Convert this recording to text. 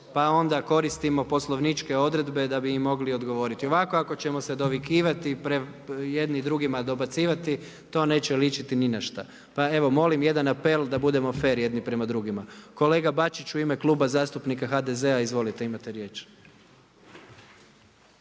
pa onda koristimo poslovničke odredbe da bi im mogli odgovoriti. Ovako ako ćemo se dovikivati, jedni drugima dobacivati, to neće ličiti ni na šta. Pa evo, molim jedan apel, da budemo fer jedni prema drugima. Kolega Bačić u ime Kluba zastupnika HDZ-a. Izvolite, imate riječ.